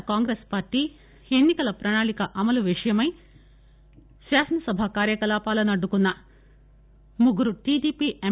are Congress party ఎన్ని కల ప్రణాళిక అమలు విషయమై శాసనసభ కార్యకలాపాలను అడ్డుకున్న ముగ్గురు టిడిపి ఎమ్